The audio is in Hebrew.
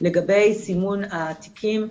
לגבי סימון התיקים,